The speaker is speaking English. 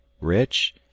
rich